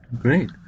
Great